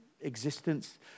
existence